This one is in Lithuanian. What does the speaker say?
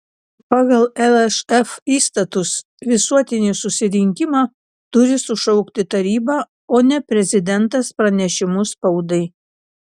pagal lšf įstatus visuotinį susirinkimą turi sušaukti taryba o ne prezidentas pranešimu spaudai